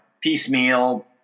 piecemeal